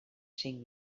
cinc